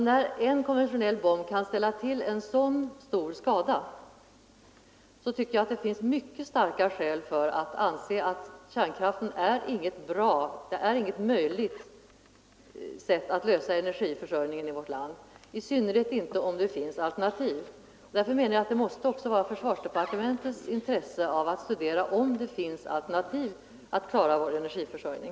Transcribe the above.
När en konventionell bomb kan ställa till så stor skada tycker jag det finns mycket starka skäl för att anse att kärnkraften inte är ett möjligt sätt att lösa energiförsörjningen i vårt land — i synnerhet inte om det finns alternativ. Därför menar jag att det måste ligga också i försvarsdepartementets intresse att studera om det finns alternativ att klara vår energiförsörjning.